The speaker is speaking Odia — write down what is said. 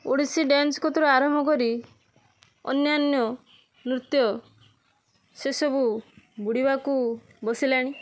ଓଡ଼ିଶୀ ଡ୍ୟାନ୍ସ କତୁରୁ ଆରମ୍ଭ କରି ଅନ୍ୟାନ୍ୟ ନୃତ୍ୟ ସେସବୁ ବୁଡ଼ିବାକୁ ବସିଲାଣି